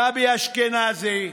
גבי אשכנזי,